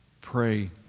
Pray